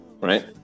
right